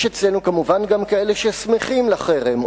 יש אצלנו כמובן גם כאלה ששמחים לחרם.